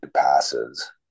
passes